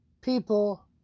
people